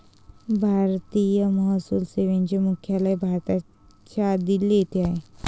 भारतीय महसूल सेवेचे मुख्यालय भारताच्या दिल्ली येथे आहे